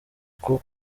uko